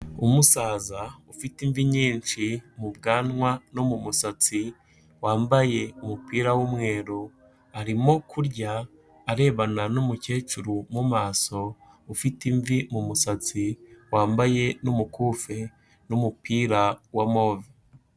Umusaza ufite imvi nyinshi mu bwanwa no mu musatsi, wambaye umupira w'umweru, arimo kurya arebana n'umukecuru mu maso, ufite imvi mu musatsi wambaye n'umukufi n'umupira wa move.